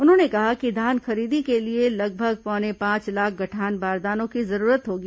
उन्होंने कहा कि धान खरीदी के लिए लगभग पौने पांच लाख गठान बारदानों की जरूरत होगी